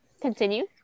continue